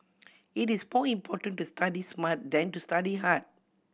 it is more important to study smart than to study hard